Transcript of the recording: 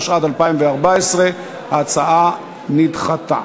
התשע"ד 2014. ההצעה נדחתה.